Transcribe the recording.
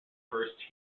first